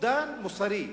אובדן מוסרי.